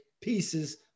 pieces